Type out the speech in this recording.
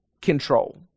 control